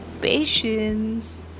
patience